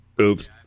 Oops